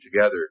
together